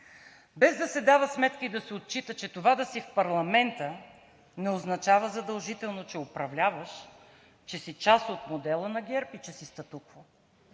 Без да се дава сметка и да се отчита, че това да си в парламента, не означава задължително, че управляваш, че си част от модела на ГЕРБ и че си статукво.